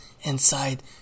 inside